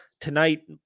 Tonight